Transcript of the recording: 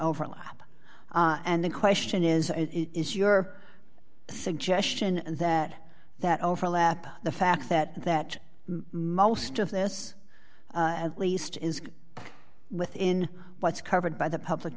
overlap and the question is is your suggestion that that overlap the fact that that most of this at least is within what's covered by the public